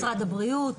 משרד הבריאות,